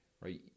right